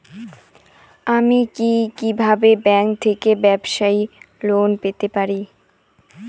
আমি কি কিভাবে ব্যাংক থেকে ব্যবসায়ী লোন পেতে পারি?